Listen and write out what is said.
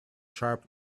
sharp